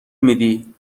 میدی